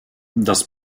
das